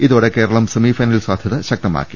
ഇതോടെ കേരളം സെമിഫൈനൽ സാധ്യത ശക്തമാക്കി